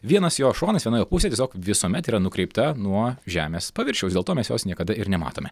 vienas jo šonas viena jo pusė tiesiog visuomet yra nukreipta nuo žemės paviršiaus dėl to mes jos niekada ir nematome